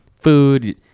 food